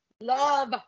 Love